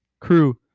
crew